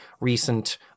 recent